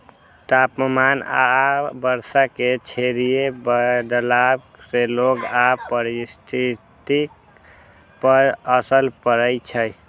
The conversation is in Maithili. तापमान आ वर्षा मे क्षेत्रीय बदलाव सं लोक आ पारिस्थितिकी पर असर पड़ै छै